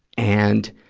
and,